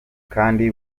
kandi